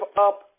up